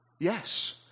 Yes